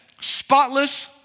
Spotless